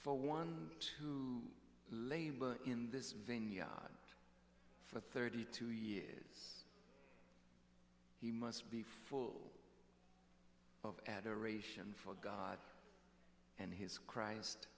for one to labor in this venue for thirty two years he must be full of adoration for god and his christ